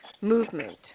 movement